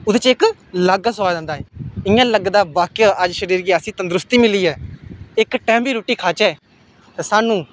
ओह्दे च इक अलग गै सोआद औंदा ऐ इ'यां लगदा ऐ वाकई अज्ज शरीर गी ऐसी तंदरुस्ती मिली ऐ इक टैम बी रुट्टी खाचै ते सानूं